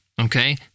Okay